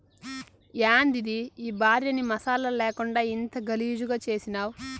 యాందిది ఈ భార్యని మసాలా లేకుండా ఇంత గలీజుగా చేసినావ్